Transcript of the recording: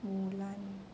mulan